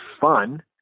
fun